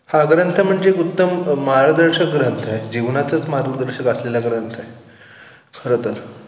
हा ग्रंथ म्हणजे उत्तम मार्गदर्शक ग्रंथ आहे जीवनाचंच मार्गदर्शक असलेल्या ग्रंथ आहे खरं तर